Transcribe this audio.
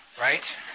right